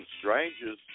strangers